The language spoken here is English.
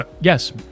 Yes